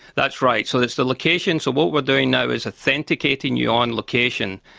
that's right, so it's the location. so what we're doing now is authenticating your own location,